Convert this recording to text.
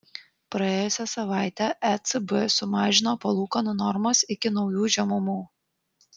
praėjusią savaitę ecb sumažino palūkanų normas iki naujų žemumų